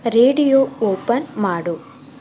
radio open ಮಾಡು